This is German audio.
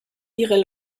ihre